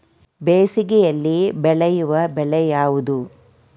ಬೇಸಿಗೆಯಲ್ಲಿ ಬೆಳೆಯುವ ಬೆಳೆ ಯಾವುದು?